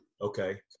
Okay